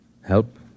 Help